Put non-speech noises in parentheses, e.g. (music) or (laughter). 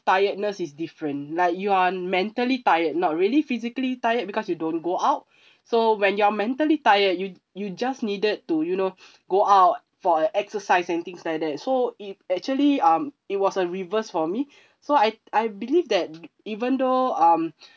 tiredness is different like you're mentally tired not really physically tired because you don't go out (breath) so when you're mentally tired you you just needed to you know (noise) go out for a exercise and things like that so it actually um it was a reverse for me (breath) so I I believe that even though um